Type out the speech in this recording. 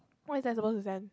what is that supposed to send